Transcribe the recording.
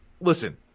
listen